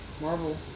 Marvel